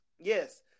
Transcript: Yes